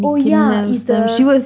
oh yeah is the